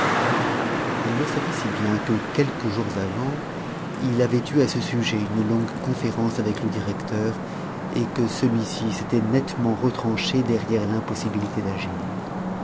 il le savait si bien que quelques jours avant il avait eu à ce sujet une longue conférence avec le directeur et que celui-ci s'était nettement retranché derrière l'impossibilité d'agir